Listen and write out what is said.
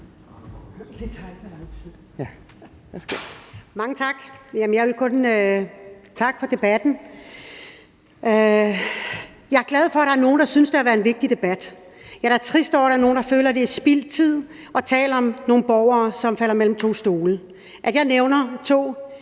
Mange tak. Jeg vil kun takke for debatten. Jeg er glad for, at der er nogle, der synes, at det har været en vigtig debat. Jeg er da trist over, at der er nogle, der føler, at det er spild af tid at tale om nogle borgere, som falder mellem to stole. At jeg nævner to